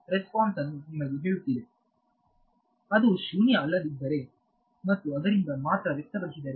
ವಿದ್ಯಾರ್ಥಿ ಅದು ಶೂನ್ಯ ಅಲ್ಲದಿದ್ದರೆ ಮತ್ತು ಅದರಿಂದ ಮಾತ್ರ ವ್ಯಕ್ತಪಡಿಸಿದರೆ